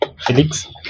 Felix